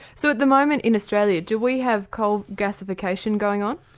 so at the moment in australia do we have coal gasification going on?